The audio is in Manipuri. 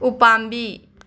ꯎꯄꯥꯝꯕꯤ